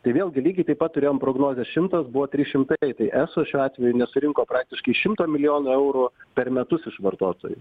tai vėlgi lygiai taip pat turėjom prognozę šimtas buvo trys šimtai tai eso šiuo atveju nesurinko praktiškai šimto milijonų eurų per metus iš vartotojų